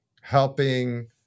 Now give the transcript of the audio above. helping